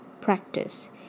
practice